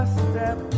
step